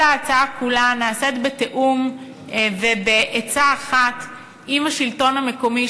ההצעה כולה נעשית בתיאום ובעצה אחת עם השלטון המקומי,